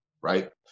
right